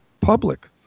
Public